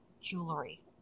jewelry